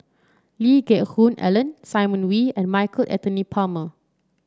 Lee Geck Hoon Ellen Simon Wee and Michael Anthony Palmer